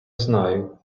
знаю